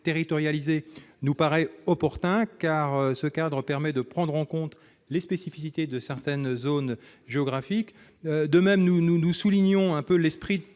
territorialisé nous paraît opportune, car cela permet de prendre en compte les spécificités de certaines zones géographiques. Nous soulignons l'esprit de